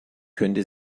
könnte